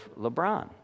LeBron